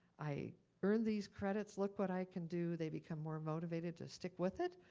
i earn these credits, look what i can do, they become more motivated to stick with it.